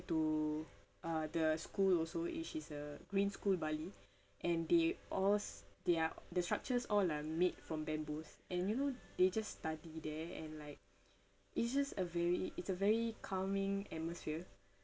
to uh the school also which is a green school bali and the alls they are the structures all are made from bamboos and you know they just study there and like it's just a very it's a very calming atmosphere